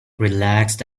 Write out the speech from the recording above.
relaxed